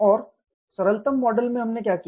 और सरलतम मॉडल में हमने क्या किया